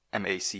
MAC